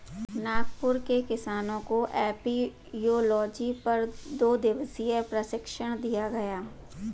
नागपुर के किसानों को एपियोलॉजी पर दो दिवसीय प्रशिक्षण दिया गया